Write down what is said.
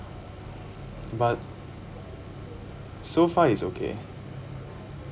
but so far it's okay